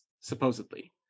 supposedly